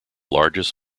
largest